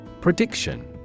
Prediction